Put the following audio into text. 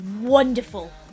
wonderful